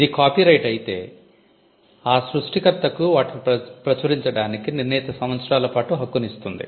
ఇది కాపీరైట్ అయితే ఆ సృష్టికర్తకు వాటిని ప్రచురించడానికి నిర్ణీత సంవత్సరాల పాటు హక్కును ఇస్తుంది